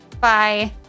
Bye